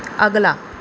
ਅਗਲਾ